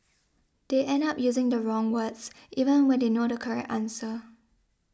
they end up using the wrong words even when they know the correct answer